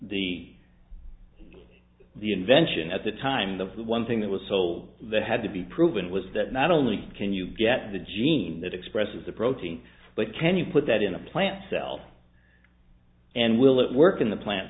the the invention at the time the one thing that was sold that had to be proven was that not only can you get the gene that expresses the protein but can you put that in a plant cell and will it work in the plant